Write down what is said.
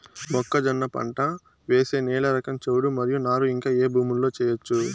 మొక్కజొన్న పంట వేసే నేల రకం చౌడు మరియు నారు ఇంకా ఏ భూముల్లో చేయొచ్చు?